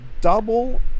double